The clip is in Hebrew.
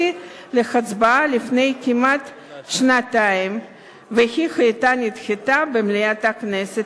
להצבעה לפני כמעט שנתיים והיא נדחתה במליאת הכנסת,